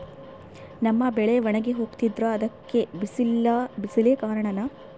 ನಮ್ಮ ಬೆಳೆ ಒಣಗಿ ಹೋಗ್ತಿದ್ರ ಅದ್ಕೆ ಬಿಸಿಲೆ ಕಾರಣನ?